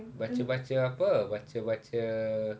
baca-baca apa baca-baca